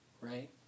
right